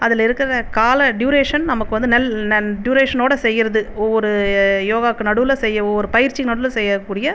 அதில் இருக்கிற கால டூரேஷன் நமக்கு வந்து டூரேஷனோடு செய்யறது ஒவ்வொரு யோகாவுக்கு நடுவில் செய்யவோ ஒரு பயிற்சி நடுவில் செய்யக்கூடிய